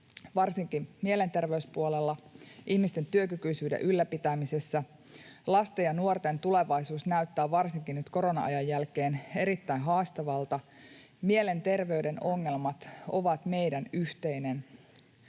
varsinkin mielenterveyspuolella, ihmisten työkykyisyyden ylläpitämisessä. Lasten ja nuorten tulevaisuus näyttää varsinkin nyt korona-ajan jälkeen erittäin haastavalta. Mielenterveyden ongelmat ovat meidän yhteinen